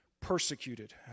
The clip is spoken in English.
persecuted